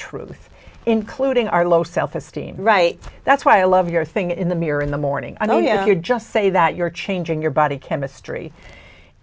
truth including our low self esteem right that's why i love your thing in the mirror in the morning i know you're just say that you're changing your body chemistry